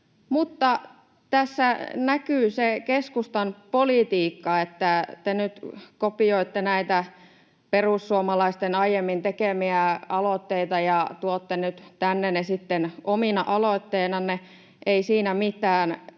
tässä näkyy se keskustan politiikka, että te nyt kopioitte näitä perussuomalaisten aiemmin tekemiä aloitteita ja tuotte nyt tänne ne sitten omina aloitteinanne. Ei siinä mitään,